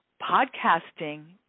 podcasting